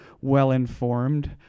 well-informed